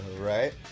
Right